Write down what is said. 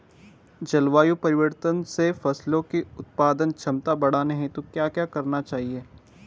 जलवायु परिवर्तन से फसलों की उत्पादन क्षमता बढ़ाने हेतु क्या क्या करना चाहिए?